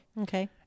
Okay